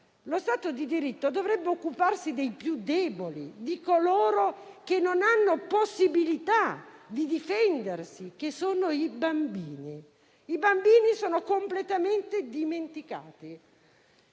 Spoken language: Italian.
lo Stato di diritto dovrebbe occuparsi dei più deboli, di coloro che non hanno possibilità di difendersi, ossia dei bambini. I bambini sono completamente dimenticati